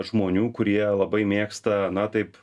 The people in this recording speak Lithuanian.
žmonių kurie labai mėgsta na taip